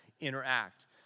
interact